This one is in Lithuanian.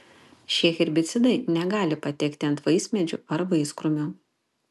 šie herbicidai negali patekti ant vaismedžių ar vaiskrūmių